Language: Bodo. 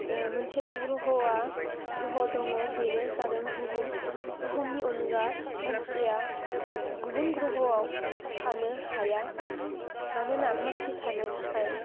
मोनसेल' ग्रह' दङ बेनो जादों बुहुम बुहुमनि अनगा मानसिया गुबुन ग्रह'आव थानो हाया मानोना मानसि थानो थाखाय